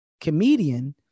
comedian